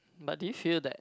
but do you feel that